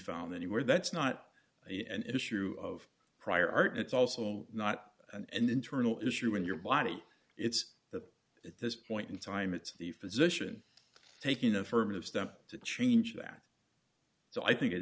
found anywhere that's not a an issue of prior art it's also not and internal issue in your body it's that at this point in time it's the physician taking affirmative steps to change that so i think it